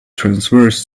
transverse